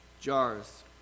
jars